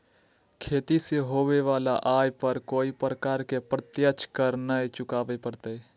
खेती से होबो वला आय पर कोय प्रकार के प्रत्यक्ष कर नय चुकावय परतय